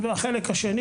שנית,